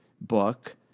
book